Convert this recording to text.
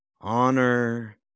Honor